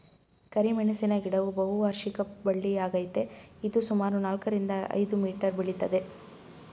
ಕರಿಮೆಣಸಿನ ಗಿಡವು ಬಹುವಾರ್ಷಿಕ ಬಳ್ಳಿಯಾಗಯ್ತೆ ಇದು ಸುಮಾರು ನಾಲ್ಕರಿಂದ ಐದು ಮೀಟರ್ ಬೆಳಿತದೆ